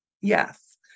yes